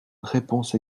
réponses